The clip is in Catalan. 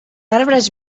arbres